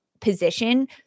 position